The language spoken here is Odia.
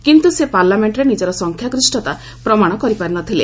କିନ୍ତୁ ସେ ପାର୍ଲାମେଣ୍ଟରେ ନିଜର ସଂଖ୍ୟାଗରିଷ୍ଠତା ପ୍ରମାଣ କରିପାରି ନ ଥିଲେ